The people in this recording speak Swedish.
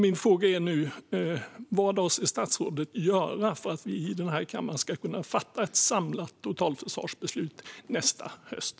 Min fråga är: Vad avser statsrådet att göra för att vi i denna kammare ska kunna fatta ett samlat totalförsvarsbeslut nästa höst?